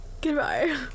goodbye